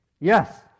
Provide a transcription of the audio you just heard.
Yes